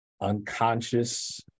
unconscious